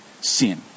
sin